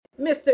Mr